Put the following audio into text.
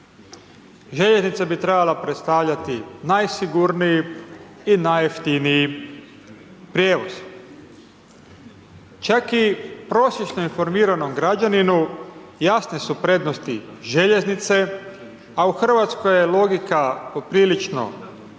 Željeznica bi trebala predstavljati najsigurniji i najjeftiniji prijevoz. Čak i prosječno informiranom građaninu jasne su prednosti željeznice, a u RH je logika poprilično jasna,